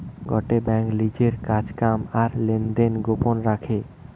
গটে বেঙ্ক লিজের কাজ কাম আর লেনদেন গোপন রাখে